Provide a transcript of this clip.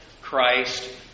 Christ